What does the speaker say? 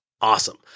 Awesome